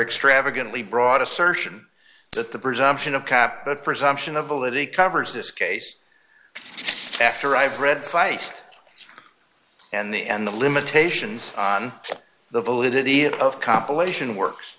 extravagantly broad assertion that the presumption of cap the presumption of validity covers this case after i've read feist and the and the limitations on the validity of compilation works